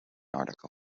article